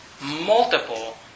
multiple